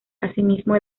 asimismo